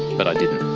but i didn't.